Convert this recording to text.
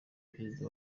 perezida